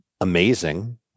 amazing